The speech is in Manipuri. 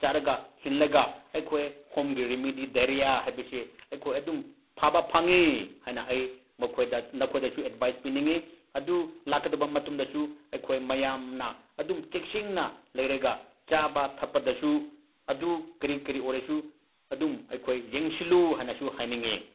ꯆꯥꯔꯒ ꯍꯤꯡꯂꯒ ꯑꯩꯈꯣꯏ ꯍꯣꯝꯒꯤ ꯔꯤꯃꯤꯗꯤ ꯗꯥꯏꯔꯤꯌꯥ ꯍꯥꯏꯕꯁꯦ ꯑꯩꯈꯣꯏ ꯑꯗꯨꯝ ꯐꯕ ꯐꯪꯉꯤ ꯍꯥꯏꯅ ꯑꯩ ꯃꯈꯣꯏꯗ ꯅꯈꯣꯏꯗꯁꯨ ꯑꯦꯠꯚꯥꯏꯁ ꯄꯤꯅꯤꯡꯉꯤ ꯑꯗꯨ ꯂꯥꯛꯀꯗꯕ ꯃꯇꯨꯡꯗꯁꯨ ꯑꯩꯈꯣꯏ ꯃꯌꯥꯝꯅ ꯑꯗꯨꯝ ꯆꯦꯛꯁꯤꯟꯅ ꯂꯩꯔꯒ ꯆꯥꯕ ꯊꯛꯄꯗꯁꯨ ꯑꯗꯨ ꯀꯔꯤ ꯀꯔꯤ ꯑꯣꯏꯔꯁꯨ ꯑꯗꯨꯝ ꯑꯩꯈꯣꯏ ꯌꯦꯡꯁꯤꯜꯂꯨ ꯍꯥꯏꯅꯁꯨ ꯍꯥꯏꯅꯤꯡꯉꯤ